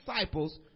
disciples